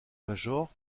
major